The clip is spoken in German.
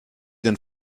den